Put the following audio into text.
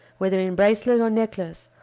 whether in bracelet or necklace,